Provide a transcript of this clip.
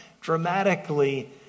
dramatically